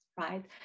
right